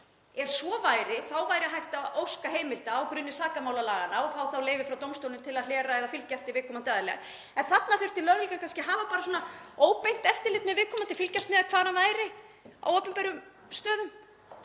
Ef svo væri þá væri hægt að óska heimildar á grunni sakamálalaganna og fá þá leyfi frá dómstólum til að hlera eða fylgja eftir viðkomandi aðila. En þarna þurfti lögreglan kannski að hafa bara svona óbeint eftirlit með viðkomandi, fylgjast með hvar hann væri á opinberum stöðum.